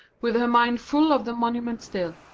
with her mind full of the monument still.